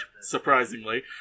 surprisingly